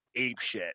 apeshit